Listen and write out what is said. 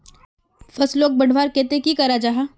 फसलोक बढ़वार केते की करा जाहा?